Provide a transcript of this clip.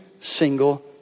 single